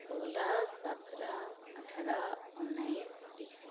सोह्र सत्र अठार उन्नाइस बिस